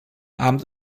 abend